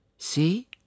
See